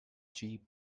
cheap